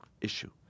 issue